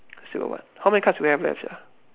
still got what how many cards we have left sia